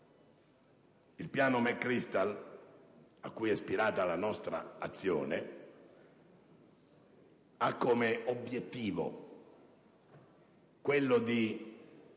Il piano McChrystal, cui è ispirata la nostra azione, ha l'obiettivo di